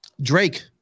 Drake